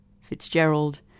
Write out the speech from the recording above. Fitzgerald